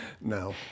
no